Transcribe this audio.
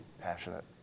passionate